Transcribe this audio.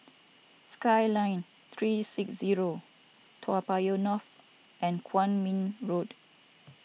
Skyline three six zero Toa Payoh North and Kwong Min Road